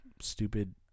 stupid